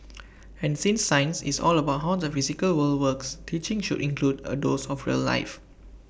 and since science is all about how the physical world works teaching should include A dose of real life